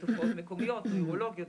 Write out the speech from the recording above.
תופעות מקומיות,